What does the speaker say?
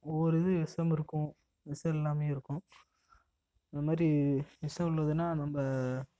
ஒவ்வொரு இது விஷம் இருக்கும் விஷம் இல்லாமையும் இருக்கும் இந்த மாதிரி விஷம் உள்ளதுன்னா நம்ம